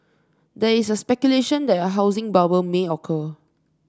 there is speculation that a housing bubble may occur